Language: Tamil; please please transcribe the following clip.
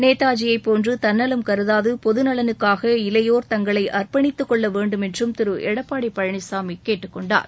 நேதாஜியை போன்று தன்னலம் கருதாது பொது நலனுக்காக இளையோர் தங்களை அர்ப்பணித்துக்கொள்ள வேண்டும் என்றம் திரு எடப்பாடி பழனிசாமி கேட்டுக்கொண்டார்